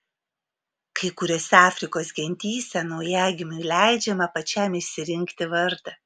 kai kuriose afrikos gentyse naujagimiui leidžiama pačiam išsirinkti vardą